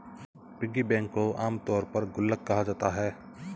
piggy bank को आमतौर पर गुल्लक कहा जाता है